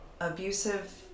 abusive